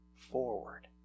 Forward